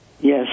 Yes